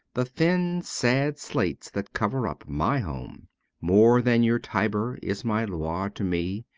the thin sad slates that cover up my home more than your tiber is my loire to me,